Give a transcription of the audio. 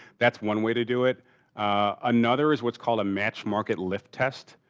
that's one way to do it another is what's called a match market lift test.